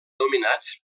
dominats